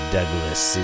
Douglas